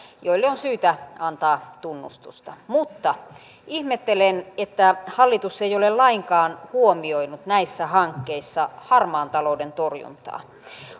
joille on syytä antaa tunnustusta mutta ihmettelen että hallitus ei ole lainkaan huomioinut näissä hankkeissa harmaan talouden torjuntaa